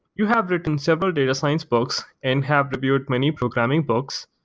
you have written several data science books and have reviewed many programming books.